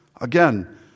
again